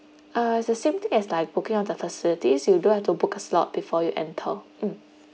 uh it's the same thing as like booking out the facilities you do have to book a slot before you enter